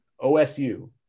OSU